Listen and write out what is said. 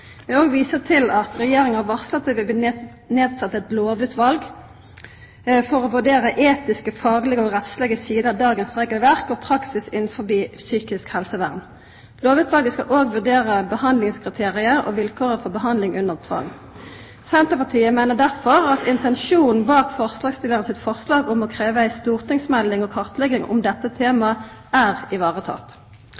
til at Regjeringa har varsla at det vil bli nedsett eit lovutval for å vurdera etiske, faglege og rettslege sider ved dagens regelverk og praksis innanfor psykisk helsevern. Lovutvalet skal òg vurdera behandlingskriteria og vilkåra for behandling under tvang. Senterpartiet meiner derfor at intensjonen bak forslagsstillarane sitt forslag om å krevja ei stortingsmelding om og ei kartleggjing av dette